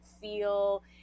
feel